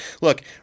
Look